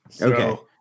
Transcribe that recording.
Okay